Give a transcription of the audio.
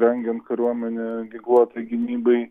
rengiant kariuomenę ginkluotai gynybai